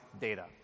data